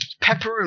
Pepperoni